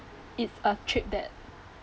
it's a trip that